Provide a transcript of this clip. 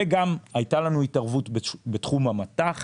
וגם הייתה לנו התערבות בתחום המט"ח